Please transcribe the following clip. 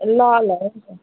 ल ल हुन्छ